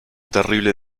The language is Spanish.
terrible